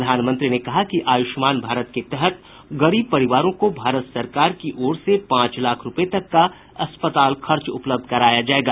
प्रधानमंत्री ने कहा कि आयुष्मान भारत के तहत गरीब परिवारों को भारत सरकार की ओर से पांच लाख रूपये तक का अस्पताल का खर्च उपलब्ध कराया जायेगा